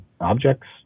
objects